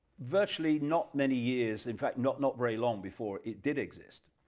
virtually not many years, in fact not not very long before it did exist,